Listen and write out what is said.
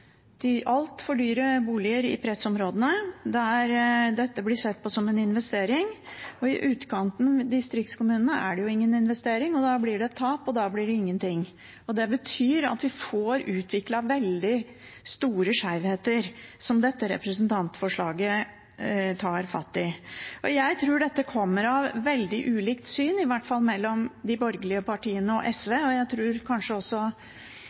altfor dyre boliger i pressområdene, dette blir sett på som en investering. I utkanten, i distriktskommunene, er det ingen investering. Da blir det et tap, og da blir det ingenting. Det betyr at vi får utviklet veldig store skjevheter, som dette representantforslaget tar fatt i. Jeg tror dette kommer av veldig ulikt syn – i hvert fall mellom de borgerlige partiene og SV, og jeg tror kanskje også